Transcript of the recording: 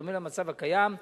בדומה למצב הקיים,